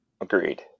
agreed